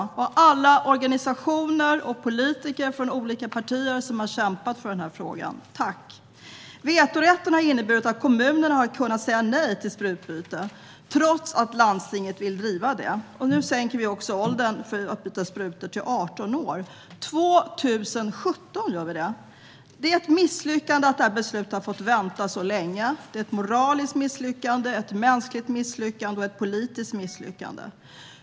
och alla organisationer och politiker från olika partier som har kämpat för denna fråga. Tack! Vetorätten har inneburit att kommunerna har kunnat säga nej till sprututbyte, trots att landstinget vill driva det. Nu sänker vi också åldern för att byta sprutor till 18 år. Det gör vi år 2017. Det är ett misslyckande att det här beslutet har fått vänta så länge. Det är ett moraliskt, mänskligt och politiskt misslyckande.